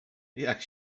jak